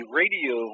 radio